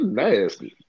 nasty